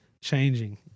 changing